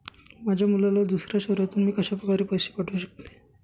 माझ्या मुलाला दुसऱ्या शहरातून मी कशाप्रकारे पैसे पाठवू शकते?